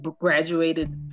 graduated